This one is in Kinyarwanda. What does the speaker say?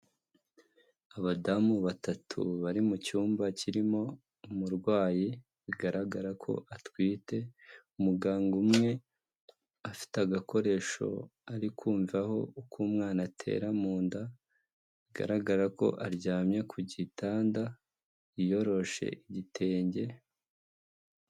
Abadamu batatu bari mu cyumba kirimo umurwayi bigaragara ko atwite, umuganga umwe afite agakoresho ari kumvaho uko umwana atera mu nda, bigaragara ko aryamye ku gitanda yiyoroshe igitenge.